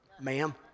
ma'am